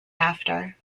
after